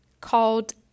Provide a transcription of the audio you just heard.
called